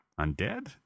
Undead